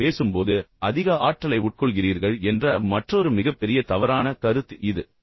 நீங்கள் பேசும்போது அதிக ஆற்றலை உட்கொள்கிறீர்கள் என்ற மற்றொரு மிகப்பெரிய தவறான கருத்து இது